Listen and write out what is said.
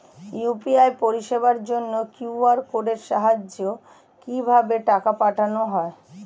UPI পরিষেবার জন্য QR কোডের সাহায্যে কিভাবে টাকা পাঠানো হয়?